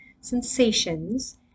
sensations